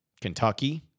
Kentucky